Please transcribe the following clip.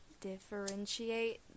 differentiate